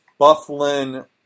Bufflin